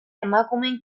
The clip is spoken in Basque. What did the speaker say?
emakumeen